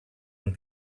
when